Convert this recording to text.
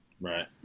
right